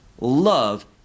love